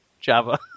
Java